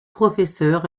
professeur